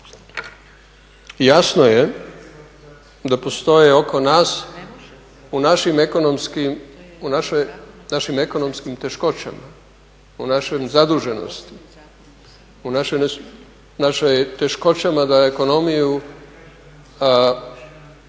jasno je da postoje oko nas u našim ekonomskim teškoćama, u našoj zaduženosti, u našim teškoćama da ekonomiju